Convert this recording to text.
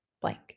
blank